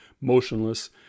motionless